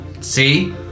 see